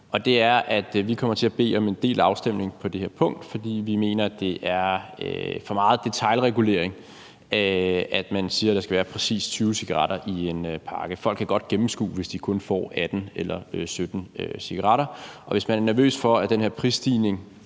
vi kommer til at bede om en delt afstemning om det her punkt, fordi vi mener, at det er for meget detailregulering, at man siger, at der skal være præcis 20 cigaretter i en pakke. Folk kan jo godt gennemskue det, hvis de kun får 17 eller 18 cigaretter. Og hvis man er nervøs for, at den her prisstigning